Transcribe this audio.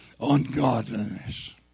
ungodliness